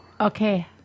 Okay